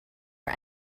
are